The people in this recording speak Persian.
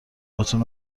هاتون